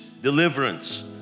deliverance